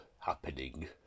happening